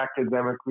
academically